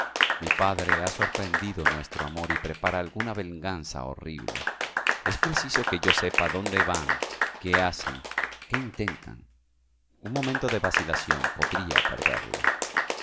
mi padre ha sorprendido nuestro amor y prepara alguna venganza horrible es preciso que yo sepa dónde van qué hacen qué intentan un momento de vacilación podría perderlo